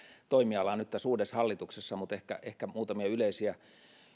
toimialaa nyt tässä uudessa hallituksessa mutta ehkä ehkä muutamia yleisiä